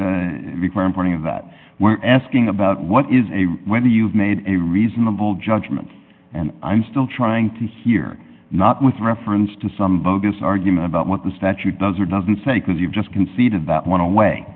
to require importing of that we're asking about what is a whether you've made a reasonable judgment and i'm still trying to hear not with reference to some bogus argument about what the statute does or doesn't say because you've just conceded that one way